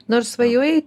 nors svajojai